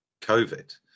COVID